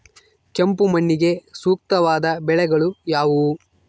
ಕೆಂಪು ಮಣ್ಣಿಗೆ ಸೂಕ್ತವಾದ ಬೆಳೆಗಳು ಯಾವುವು?